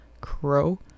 Crow